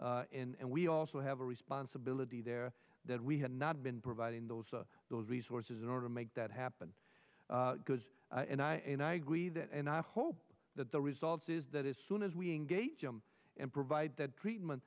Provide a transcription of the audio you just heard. there and we also have a responsibility there that we have not been providing those those resources in order to make that happen because and i and i agree that and i hope that the results is that as soon as we engage them and provide that treatment